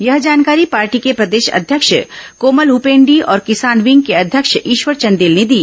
यह जानकारी पार्टी के प्रदेश अध्यक्ष कोमल हपेंडी और किसान विंग के अध्यक्ष ईश्वर चंदेल ने दी